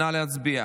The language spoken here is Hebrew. נא להצביע.